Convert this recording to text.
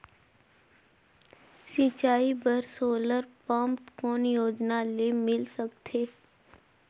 सिंचाई बर solar pump कौन योजना ले मिल सकथे?